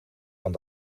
aan